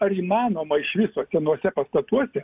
ar įmanoma iš viso senuose pastatuose